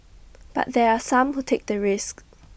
but there are some who take the risk